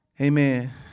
Amen